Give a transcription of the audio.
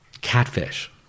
catfish